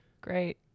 Great